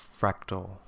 fractal